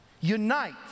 unite